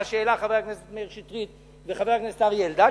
מה שהעלו חבר הכנסת מאיר שטרית וחבר הכנסת אריה אלדד,